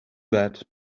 that